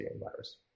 virus